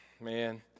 man